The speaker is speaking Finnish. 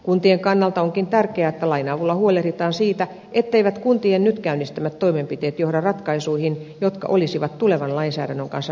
kuntien kannalta onkin tärkeää että lain avulla huolehditaan siitä etteivät kuntien nyt käynnistämät toimenpiteet johda ratkaisuihin jotka olisivat tulevan lainsäädännön kanssa ristiriidassa